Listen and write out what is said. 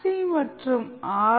C மற்றும் R